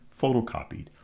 photocopied